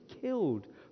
killed